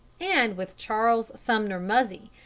and with charles sumner muzzy,